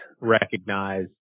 recognize